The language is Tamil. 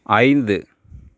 ஐந்து